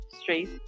straight